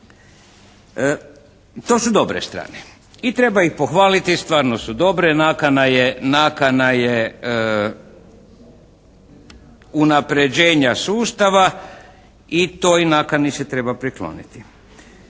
To su dobre strane. I treba ih pohvaliti. Stvarno su dobre. Nakana je unapređenja sustava i toj nakani se treba prikloniti.